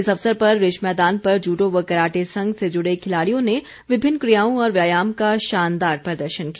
इस अवसर पर रिज मैदान पर जूडो व कराटे संघ से जुड़े खिलाड़ियों ने विभिन्न क्रियाओं और व्यायाम का शानदार प्रदर्शन किया